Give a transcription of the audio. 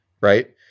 right